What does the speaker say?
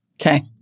Okay